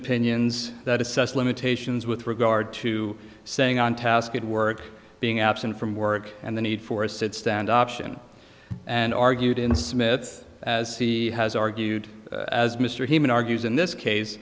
opinions that assessed limitations with regard to saying on task good work being absent from work and the need for a sit stand option and argued in smith as he has argued as mr human argues in this case